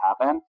happen